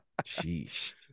Sheesh